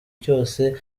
cyose